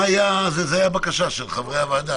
זו הייתה הבקשה של חברי הוועדה.